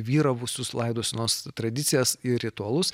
vyravusius laidosenos tradicijas ir ritualus